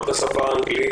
גם את השפה האנגלית,